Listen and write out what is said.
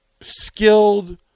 skilled